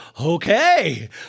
okay